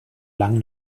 lang